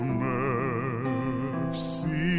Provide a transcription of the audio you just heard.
mercy